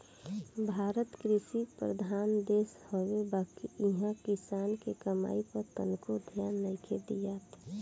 भारत कृषि प्रधान देश हवे बाकिर इहा किसान के कमाई पर तनको ध्यान नइखे दियात